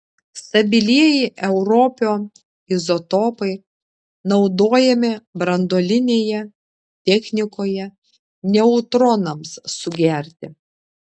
stabilieji europio izotopai naudojami branduolinėje technikoje neutronams sugerti